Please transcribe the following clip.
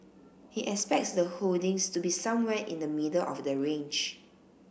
he expects the holdings to be somewhere in the middle of the range